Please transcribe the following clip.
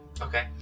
Okay